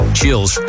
Chills